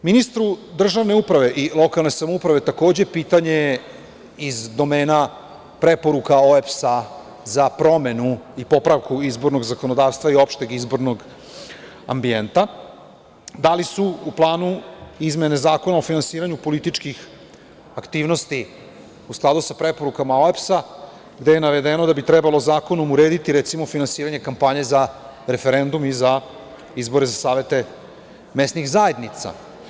Ministru državne uprave i lokalne samouprave, takođe, pitanje iz domena preporuka OEBS za promenu i popravku izbornog zakonodavstva i opšteg izbornog ambijenta – da li su u planu izmene Zakona o finansiranju političkih aktivnosti u skladu sa preporukama OEBS, gde je navedeno da bi trebalo zakonom urediti, recimo, finansiranje kampanje za referendum i za izbore za savete mesnih zajednica?